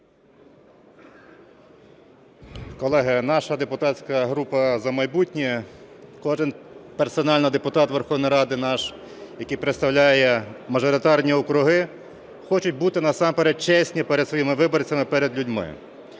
Колеги, наша депутатська група "За майбутнє", кожен персонально депутат Верховної Ради наш, який представляє мажоритарні округи, хочемо бути насамперед чесні перед своїми виборцями, перед людьми.